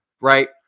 right